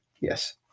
Yes